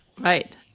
Right